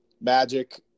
magic